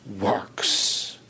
works